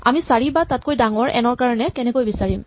আমি চাৰি বা তাতকৈ ডাঙৰ এন ৰ কাৰণে কেনেকৈ বিচাৰিম